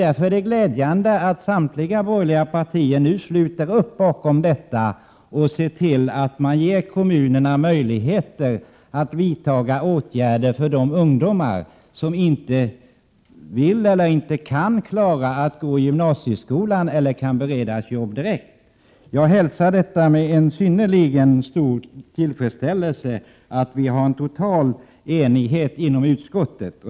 Därför är det glädjande att samtliga borgerliga partier nu sluter upp 19 maj 1988 bakom detta förslag, så att kommunerna får möjligheter att vidta åtgärder för de ungdomar som inte vill eller inte kan klara av att gå i gymnasieskolan eller kan beredas jobb direkt. Jag hälsar med synnerligen stor tillfredsställelse att det råder en total enighet inom utskottet.